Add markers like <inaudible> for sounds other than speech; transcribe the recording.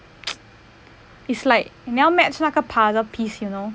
<noise> is like 你要 match 那个 puzzle piece you know